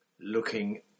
looking